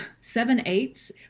seven-eighths